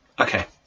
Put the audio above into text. Okay